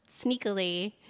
sneakily –